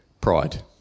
pride